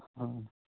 ਹਾਂ